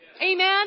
Amen